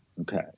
Okay